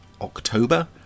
October